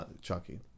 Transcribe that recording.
Chucky